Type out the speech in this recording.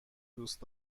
دوست